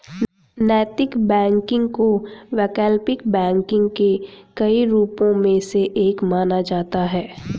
नैतिक बैंकिंग को वैकल्पिक बैंकिंग के कई रूपों में से एक माना जाता है